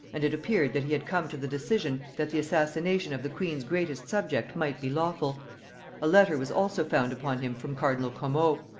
and it appeared that he had come to the decision that the assassination of the queen's greatest subject might be lawful a letter was also found upon him from cardinal como,